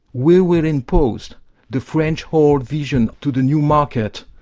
we will impose the french old version to the new market.